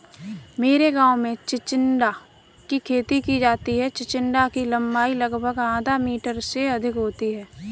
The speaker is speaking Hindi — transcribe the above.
मेरे गांव में चिचिण्डा की खेती की जाती है चिचिण्डा की लंबाई लगभग आधा मीटर से अधिक होती है